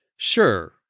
Sure